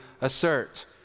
assert